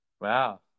Wow